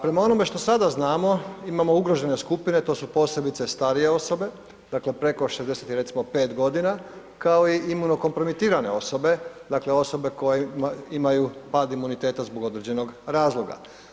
Prema onome što sada znamo, imamo ugrožene skupine, to su posebice starije osobe, dakle preko 60 i recimo 5.g., kao i imunokompromitirane osobe, dakle osobe koje imaju pad imuniteta zbog određenog razloga.